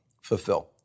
fulfill